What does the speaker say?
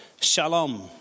Shalom